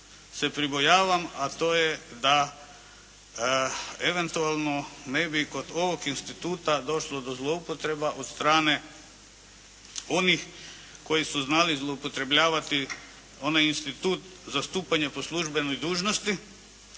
se pribojavam a to je da eventualno ne bi kod ovog instituta došlo do zloupotreba od strane onih koji su znali upotrebljavati onaj institut zastupanja po službenoj dužnosti.